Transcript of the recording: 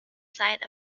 side